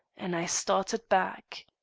and i started back.